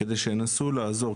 כדי שינסו לעזור.